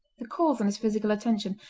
the calls on his physical attention,